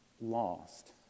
lost